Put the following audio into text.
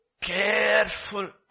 careful